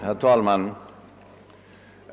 Herr talman!